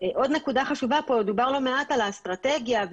דובר פה לא מעט על האסטרטגיה,